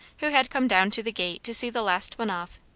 who had come down to the gate to see the last one off,